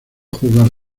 jugar